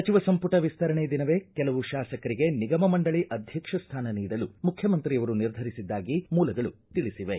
ಸಚಿವ ಸಂಪುಟ ವಿಸ್ತರಣೆ ದಿನವೇ ಕೆಲವು ಶಾಸಕರಿಗೆ ನಿಗಮ ಮಂಡಳಿ ಅಧ್ಯಕ್ಷ ಸ್ಥಾನ ನೀಡಲು ಮುಖ್ಯಮಂತ್ರಿಯವರು ನಿರ್ಧರಿಸಿದ್ದಾಗಿ ಮೂಲಗಳು ತಿಳಿಸಿವೆ